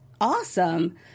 Awesome